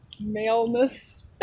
maleness